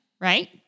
right